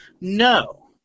No